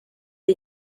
ari